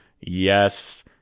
yes